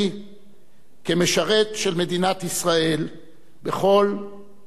כמשרת של מדינת ישראל בכל תחומי עיסוקי".